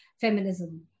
feminism